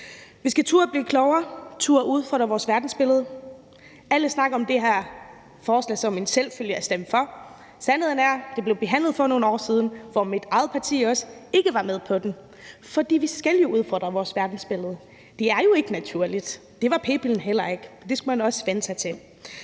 Vi skal turde blive klogere og turde udfordre vores verdensbillede. Alle snakker om det her forslag, som om det er en selvfølge at stemme for det. Sandheden er, at det blev behandlet for nogle år siden, hvor mit eget parti heller ikke var med på den. For vi skal jo udfordre vores verdensbillede. Det er jo ikke naturligt. Det var p-pillen heller ikke, og det skulle man også vænne sig til.